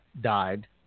died